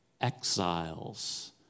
exiles